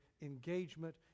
engagement